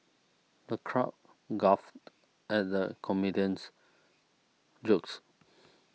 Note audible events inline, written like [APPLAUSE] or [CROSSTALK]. the crowd guffawed at the comedian's jokes [NOISE]